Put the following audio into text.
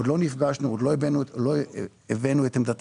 עוד לא נפגשנו, עוד לא הבענו את עמדתנו.